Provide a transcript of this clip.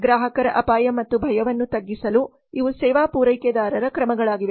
ಗ್ರಾಹಕರ ಅಪಾಯ ಮತ್ತು ಭಯವನ್ನು ತಗ್ಗಿಸಲು ಇವು ಸೇವಾ ಪೂರೈಕೆದಾರರ ಕ್ರಮಗಳಾಗಿವೆ